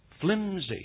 flimsy